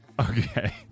Okay